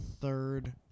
third